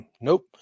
Nope